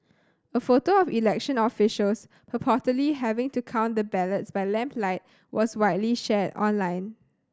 a photo of election officials purportedly having to count the ballots by lamplight was widely shared online